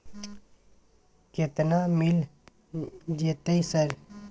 केतना मिल जेतै सर?